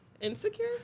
insecure